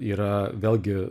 yra vėlgi